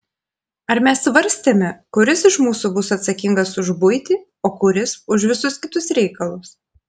ar mes svarstėme kuris iš mūsų bus atsakingas už buitį o kuris už visus kitus reikalus